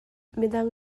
midang